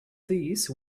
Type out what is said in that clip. these